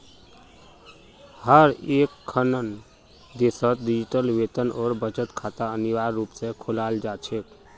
हर एकखन देशत डिजिटल वेतन और बचत खाता अनिवार्य रूप से खोलाल जा छेक